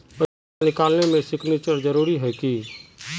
पैसा निकालने सिग्नेचर जरुरी है की?